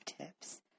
tips